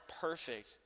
perfect